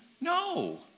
no